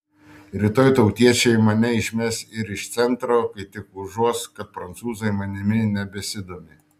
rytoj tautiečiai mane išmes ir iš centro kai tik užuos kad prancūzai manimi nebesidomi